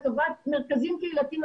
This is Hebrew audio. לטובת מרכזים קהילתיים,